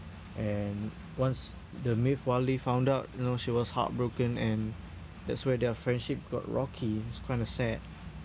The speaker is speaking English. and once the maeve wiley found out you know she was heartbroken and that's where their friendship got rocky it's kinda sad